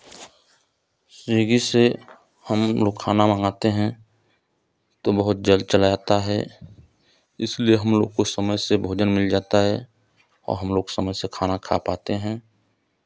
Swiggy से हम लोग खाना मंगाते हैं तो बहुत जल्द चला आता है इसलिए हम लोग को समय से भोजन मिल जाता है और हम लोग समय से खाना खा पाते हैं